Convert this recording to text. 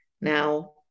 now